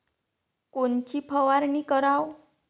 कोनची फवारणी कराव?